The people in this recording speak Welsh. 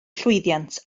llwyddiant